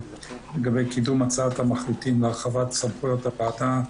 לגבי קידום הצעת המחליטים לגבי סמכויות הוועדה,